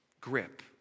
grip